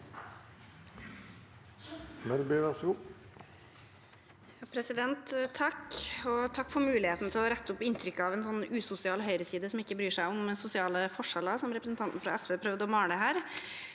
(V) Takk for muligheten til å rette opp inntrykket av en usosial høyreside som ikke bryr seg om sosiale forskjeller, slik representanten fra SV prøvde å male et